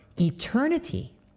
eternity